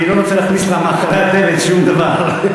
אני לא רוצה להכניס מאחורי הדלת שום דבר.